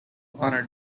honor